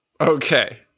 Okay